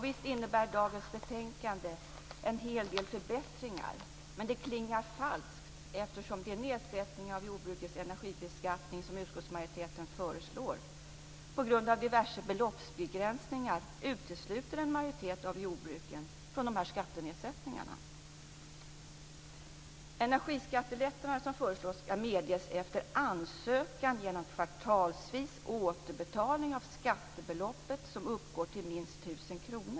Visst innebär dagens betänkande en hel del förbättringar, men det klingar falskt eftersom den nedsättning av jordbrukets energibeskattning som utskottsmajoriteten föreslår utesluter en majoritet av jordbruken från dessa skattenedsättningar på grund av diverse beloppsbegränsningar. Den energiskattelättnad som föreslås ska medges efter ansökan genom kvartalsvis återbetalning av skattebeloppet som uppgår till minst 1 000 kr.